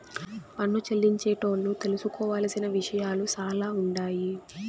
పన్ను చెల్లించేటోళ్లు తెలుసుకోవలసిన విషయాలు సాలా ఉండాయి